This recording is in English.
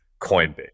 Coinbase